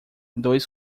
dois